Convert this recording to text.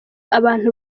abantu